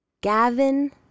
Gavin